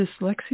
dyslexia